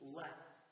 left